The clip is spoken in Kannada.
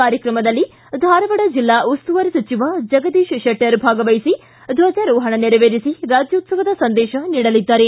ಕಾರ್ಯಕ್ರಮದಲ್ಲಿ ಧಾರವಾಡ ಜಿಲ್ಲಾ ಉಸ್ತುವಾರಿ ಸಚಿವ ಜಗದೀಶ ಶೆಟ್ಟರ್ ಭಾಗವಹಿಸಿ ಧ್ವಜಾರೋಹಣ ನೆರವೇರಿಸಿ ರಾಜ್ಕೋತ್ಸವದ ಸಂದೇಶ ನೀಡಲಿದ್ದಾರೆ